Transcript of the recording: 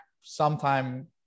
sometime